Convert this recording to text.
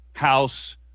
House